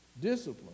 discipline